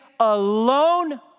Alone